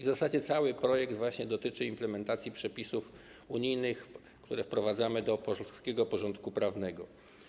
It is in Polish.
W zasadzie cały projekt dotyczy implementacji przepisów unijnych, które wprowadzamy do polskiego porządku prawnego.